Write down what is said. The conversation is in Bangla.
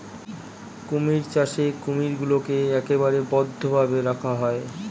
কুমির চাষে কুমিরগুলোকে একেবারে বদ্ধ ভাবে রাখা হয়